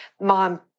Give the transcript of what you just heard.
Mom